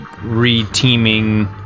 re-teaming